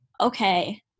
okay